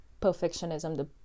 perfectionism